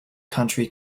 country